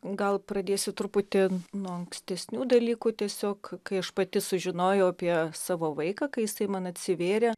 gal pradėsiu truputį nuo ankstesnių dalykų tiesiog kai aš pati sužinojau apie savo vaiką kai jisai man atsivėrė